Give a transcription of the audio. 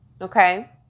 Okay